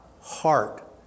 heart